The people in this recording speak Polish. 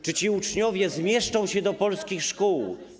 Czy ci uczniowie zmieszczą się do polskich szkół?